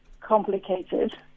complicated